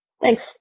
Thanks